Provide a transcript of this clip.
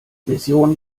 mission